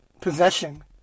possession